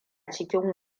cikin